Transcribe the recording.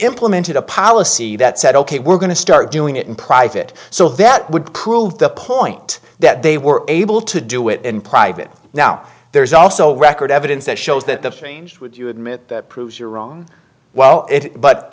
implemented a policy that said ok we're going to start doing it in private so that would prove the point that they were able to do it in private now there's also record evidence that shows that the strange would you admit proves you're wrong well but